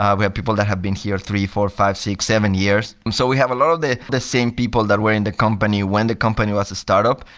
we have people that have been here three, four, five, six, seven years. so we have a lot of the the same people that were in the company when the company was a startup.